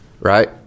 Right